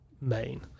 main